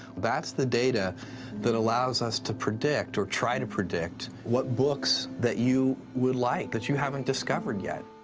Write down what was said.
that's the data that allows us to predict, or try to predict, what books that you would like that you haven't discovered yet.